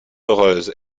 heureuse